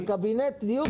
קבינט הדיור עובד?